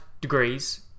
degrees